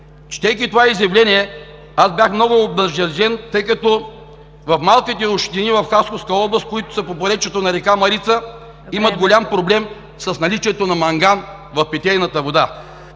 Четейки това изявление, аз бях много обнадежден, тъй като в малките общини в Хасковска област, които са по поречието на река Марица, имат голям проблем с наличието на манган в питейната вода.